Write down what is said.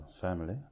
family